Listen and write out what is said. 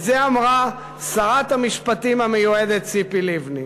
את זה אמרה שרת המשפטים המיועדת ציפי לבני.